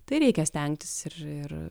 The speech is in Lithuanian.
tai reikia stengtis ir ir